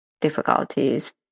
difficulties